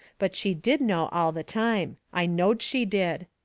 but she did know all the time. i knowed she did.